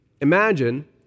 Imagine